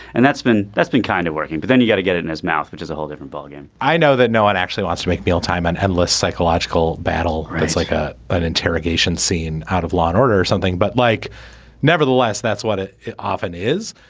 and that's been that's been kind of working but then you got to get it in his mouth which is a whole different ballgame. i know that no one actually wants to make meal time and endless psychological battle. it's like ah an interrogation scene out of law and order or something but like nevertheless that's what it it often is.